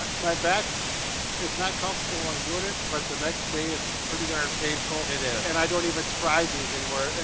but my back is not comfortable in doing it, but the next day it's pretty darn painful. it is. and i don't even try these anymore. and